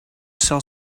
sell